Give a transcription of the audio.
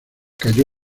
cayó